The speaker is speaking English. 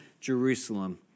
Jerusalem